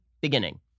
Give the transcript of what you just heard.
beginning